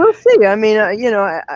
we'll see i mean, ah you know i